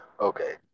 Okay